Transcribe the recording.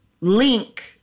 Link